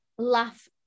laugh